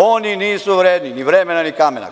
Oni nisu vredni ni vremena, ni kamena.